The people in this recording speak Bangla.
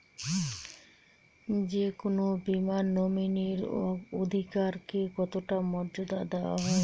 যে কোনো বীমায় নমিনীর অধিকার কে কতটা মর্যাদা দেওয়া হয়?